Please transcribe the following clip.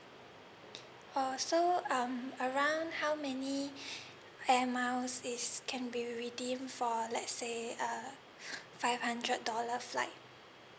oh so um around how many air miles is can be redeem for let say uh five hundred dollar flight